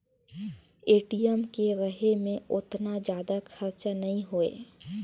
ATM के रहें मे ओतना जादा खरचा नइ होए